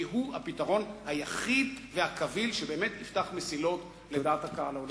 כי הוא הפתרון היחיד והקביל שבאמת יפתח מסילות לדעת הקהל העולמית.